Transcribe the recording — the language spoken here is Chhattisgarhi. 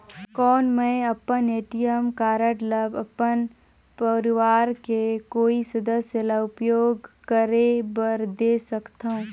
कौन मैं अपन ए.टी.एम कारड ल अपन परवार के कोई सदस्य ल उपयोग करे बर दे सकथव?